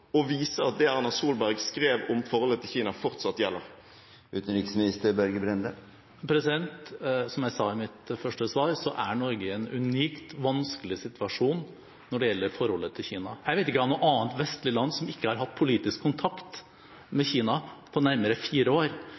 at det Erna Solberg skrev om forholdet til Kina, fortsatt gjelder? Som jeg sa i mitt første svar, så er Norge i en unikt vanskelig situasjon når det gjelder forholdet til Kina. Jeg vet ikke om noe annet vestlig land som ikke har hatt politisk kontakt med Kina på nærmere fire år.